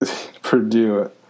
Purdue